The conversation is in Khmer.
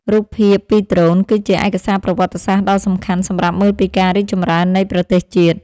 រូបភាពពីដ្រូនគឺជាឯកសារប្រវត្តិសាស្ត្រដ៏សំខាន់សម្រាប់មើលពីការរីកចម្រើននៃប្រទេសជាតិ។